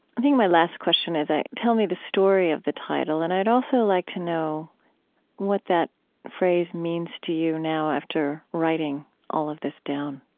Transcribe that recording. i think my last question is, tell me the story of the title, and i'd also like to know what that phrase means to you now after writing all of this down